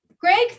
Greg